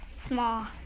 small